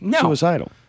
suicidal